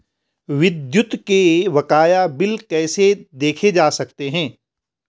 विद्युत के बकाया बिल कैसे देखे जा सकते हैं?